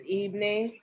evening